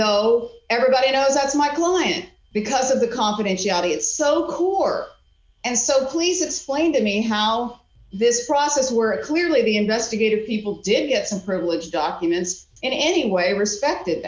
though everybody knows as my client because of the confidentiality it's so cool and so please explain to me how this process where it clearly the investigative people did get some privileged documents in any way re